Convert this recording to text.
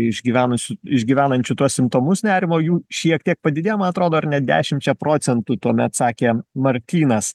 išgyvenusių išgyvenančių tuos simptomus nerimo jų šiek tiek padidėjo atrodo ne dešimčia procentų tuomet sakė martynas